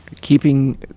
Keeping